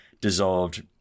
dissolved